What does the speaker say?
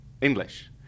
English